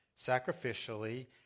sacrificially